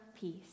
peace